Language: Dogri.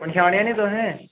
पंछानेआ ना तुसें